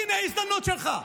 הינה ההזדמנות שלך,